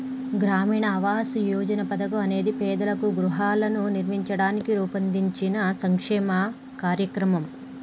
గ్రామీణ ఆవాస్ యోజన పథకం అనేది పేదలకు గృహాలను నిర్మించడానికి రూపొందించిన సంక్షేమ కార్యక్రమం